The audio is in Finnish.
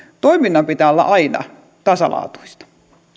toiminnan pitää olla aina tasalaatuista